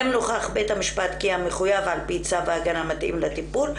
אם נוכח בית המשפט כי המחויב על פי צו ההגנה מתאים לטיפול,